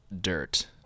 dirt